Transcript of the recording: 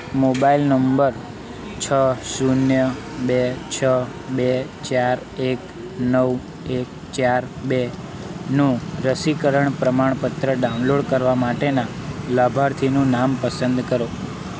mobile number છ શૂન્ય બે છ બે ચાર એક નવ એક ચાર બેનું રસીકરણ પ્રમાણપત્ર ડાઉનલોડ કરવા માટેના લાભાર્થીનું નામ પસંદ કરો